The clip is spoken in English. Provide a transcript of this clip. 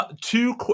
two